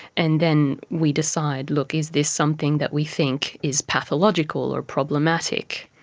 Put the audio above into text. and then we decide, look, is this something that we think is pathological or problematic.